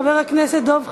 חבר הכנסת דב חנין,